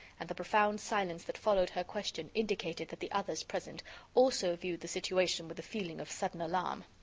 and the profound silence that followed her question indicated that the others present also viewed the situation with a feeling of sudden alarm.